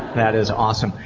that is awesome.